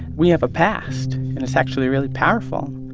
we have a past. and it's actually really powerful